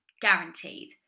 guaranteed